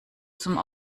zum